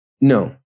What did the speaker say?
No